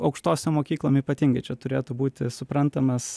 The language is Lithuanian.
aukštosiom mokyklom ypatingai čia turėtų būti suprantamas